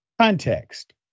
context